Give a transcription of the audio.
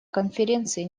конференции